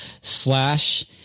slash